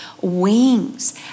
wings